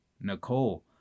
Nicole